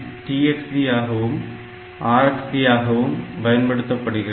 0 TxD ஆகவும் RxD ஆகவும் பயன்படுத்தப்படுகிறது